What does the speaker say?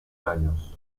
años